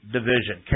Division